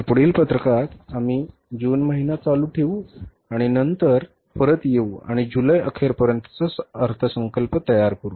तर पुढील पत्रकात आम्ही जून महिना चालू ठेवू आणि नंतर परत येऊ आणि जुलै अखेरपर्यंतचा अर्थसंकल्प तयार करू